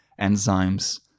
enzymes